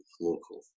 local